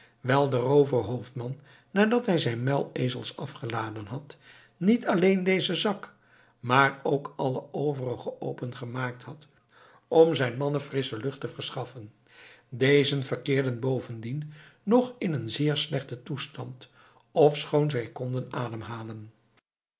wijl de rooverhoofdman nadat hij zijn muilezels afgeladen had niet alleen dezen zak maar ook alle overige open gemaakt had om zijn mannen frissche lucht te verschaffen dezen verkeerden bovendien toch in een zeer slechten toestand ofschoon zij konden adem